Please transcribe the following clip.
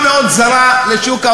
כל אחד.